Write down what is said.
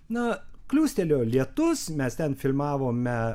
na kliūstelėjo lietus mes ten filmavome